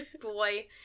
boy